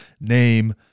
name